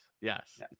yes